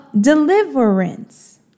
deliverance